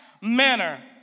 manner